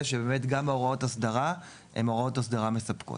שבאמת גם הוראות האסדרה הן הוראות אסדרה מספקות.